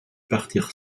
partir